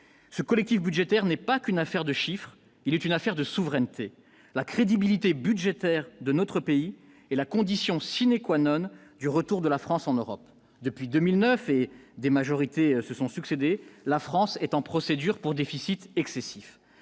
ce collectif budgétaire n'est pas qu'une affaire de chiffres, il est une affaire de souveraineté la crédibilité budgétaire de notre pays et la condition sine qua none du retour de la France en Europe depuis 2009 et des majorités se sont succédé, la France est en procédure pour déficit excessif,